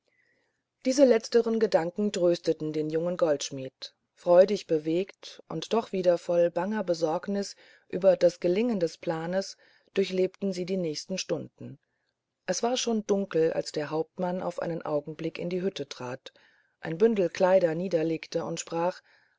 dieser letztere gedanke tröstete den jungen goldschmidt freudig bewegt und doch wieder voll banger besorgnis über das gelingen des planes durchlebten sie die nächsten stunden es war schon dunkel als der hauptmann auf einen augenblick in die hütte trat einen bündel kleider niederlegte und sprach